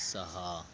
सहा